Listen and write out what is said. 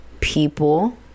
people